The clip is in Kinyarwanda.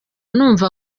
numva